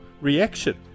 reaction